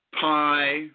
pie